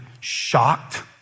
shocked